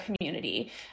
community